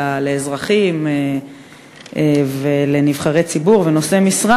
אלא לאזרחים ולנבחרי ציבור ולנושאי משרה,